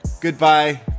goodbye